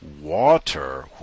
water